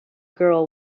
girl